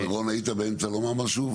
רון, היית באמצע לומר משהו.